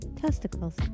testicles